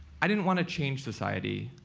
i didn't want to change society.